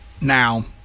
Now